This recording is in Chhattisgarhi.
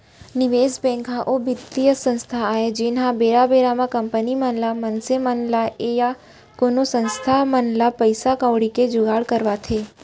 निवेस बेंक ह ओ बित्तीय संस्था आय जेनहा बेरा बेरा म कंपनी मन ल मनसे मन ल या कोनो संस्था मन ल पइसा कउड़ी के जुगाड़ करवाथे